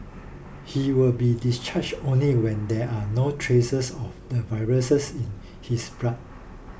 he will be discharge only when there are no traces of the viruses in his blood